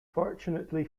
fortunately